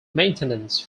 maintenance